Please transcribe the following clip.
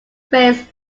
faced